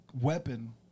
weapon